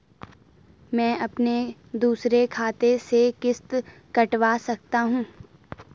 मैं अपने दूसरे खाते से किश्त कटवा सकता हूँ?